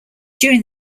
during